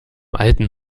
alten